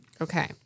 Okay